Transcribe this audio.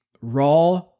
raw